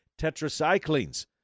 tetracyclines